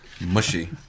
Mushy